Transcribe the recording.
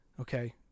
Okay